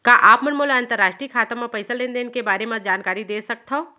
का आप मन मोला अंतरराष्ट्रीय खाता म पइसा लेन देन के बारे म जानकारी दे सकथव?